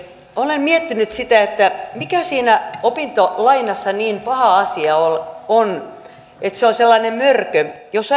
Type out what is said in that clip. olen miettinyt mikä siinä opintolainassa niin paha asia on että se on sellainen mörkö